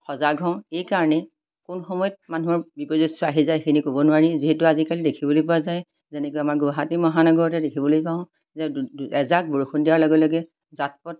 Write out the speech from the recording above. সজাগ হওঁ এইকাৰণেই কোন সময়ত মানুহৰ বিপজস্য় আহি যায় সেইখিনি ক'ব নোৱাৰি যিহেতু আজিকালি দেখিবলৈ পোৱা যায় যেনেকৈ আমাৰ গুৱাহাটী মহানগৰতে দেখিবলৈ পাওঁ যে দু এজাক বৰষুণ দিয়াৰ লগে লগে বাট পথ